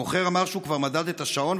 המוכר אמר שהוא כבר מדד את השעון,